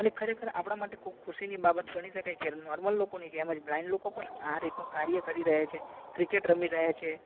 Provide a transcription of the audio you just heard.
અને ખરેખર આપણા માટે બહુ ખુશીની બાબત ગણી શકાય કે નોર્મલ લોકોની જેમ જ બ્લાઈન્ડ લોકો પણ આ રીતનું કાર્ય કરી રહ્યા છે ક્રિકેટ રમી રહ્યા છે